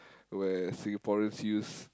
where Singaporeans use